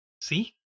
See